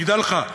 תדע לך,